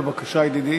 בבקשה, ידידי.